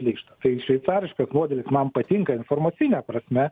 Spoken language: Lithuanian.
plyšta tai šveicariškas modelis man patinka informacine prasme